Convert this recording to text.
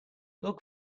look